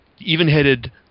even-headed